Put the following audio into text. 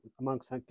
amongst